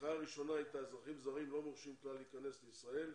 ההנחיה הראשונה הייתה שאזרחים זרים לא מורשים כלל להיכנס לישראל.